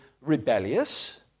rebellious